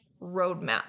roadmap